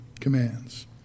Commands